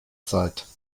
zeit